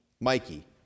Mikey